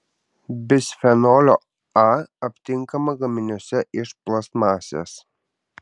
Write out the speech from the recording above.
bisfenolio a aptinkama gaminiuose iš plastmasės